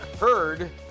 heard